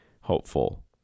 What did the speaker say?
hopeful